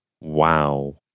Wow